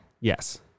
Yes